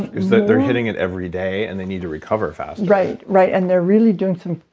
it's that they're hitting it every day and they need to recover faster right. right, and they're really doing so